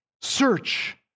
Search